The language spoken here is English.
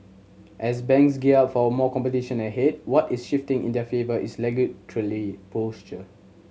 as banks gear up for more competition ahead what is shifting in their favour is posture